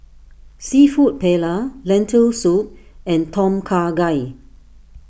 Seafood Paella Lentil Soup and Tom Kha Gai